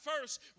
first